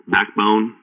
Backbone